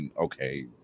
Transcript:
Okay